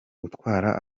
gutwara